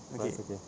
but it's okay